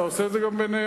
אתה עושה את זה גם בנאמנות,